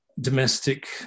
domestic